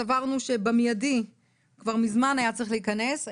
סברנו שהוא כבר מזמן היה צריך להיכנס במיידי.